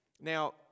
Now